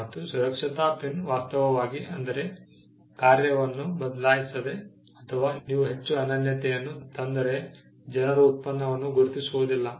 ಮತ್ತು ಸುರಕ್ಷತಾ ಪಿನ್ ವಾಸ್ತವವಾಗಿ ಅದರ ಕಾರ್ಯವನ್ನು ಬದಲಾಯಿಸದೆ ಅಥವಾ ನೀವು ಹೆಚ್ಚು ಅನನ್ಯತೆಯನ್ನು ತಂದರೆ ಜನರು ಉತ್ಪನ್ನವನ್ನು ಗುರುತಿಸುವುದಿಲ್ಲ